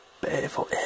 beautiful